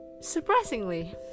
Surprisingly